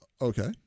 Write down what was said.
Okay